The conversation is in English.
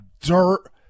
dirt